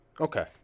Okay